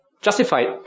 justified